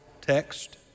text